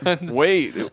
Wait